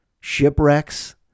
shipwrecks